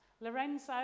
Lorenzo